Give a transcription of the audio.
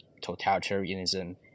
totalitarianism